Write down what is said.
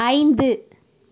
ஐந்து